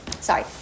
Sorry